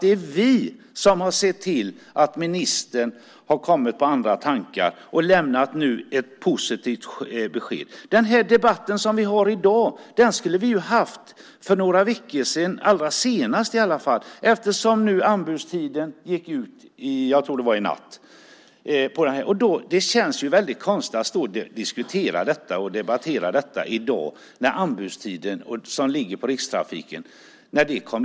Det är vi som sett till att ministern kommit på andra tankar och nu lämnat ett positivt besked. Den debatt som vi har i dag skulle vi haft för några veckor sedan allra senast, eftersom anbudstiden gått ut; jag tror att den gick ut i natt. Det känns konstigt att debattera detta i dag när anbudstiden - detta ligger hos Rikstrafiken - gick ut i natt.